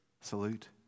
salute